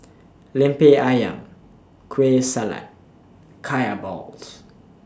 Lemper Ayam Kueh Salat Kaya Balls